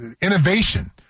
innovation